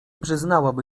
przyznałaby